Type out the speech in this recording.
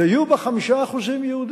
ויהיו בה 5% יהודים,